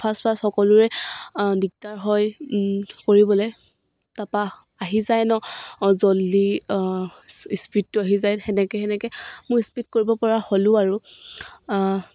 fast fast সকলোৰে দিগদাৰ হয় কৰিবলে তাৰপৰা আহি যায় নহ্ জল্দি স্পীডটো আহি যায় তেনেকৈ তেনেকৈ মোৰ স্পীড কৰিব পৰা হ'লোঁ আৰু